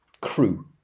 Crew